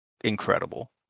incredible